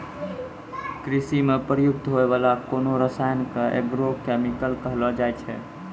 कृषि म प्रयुक्त होय वाला कोनो रसायन क एग्रो केमिकल कहलो जाय छै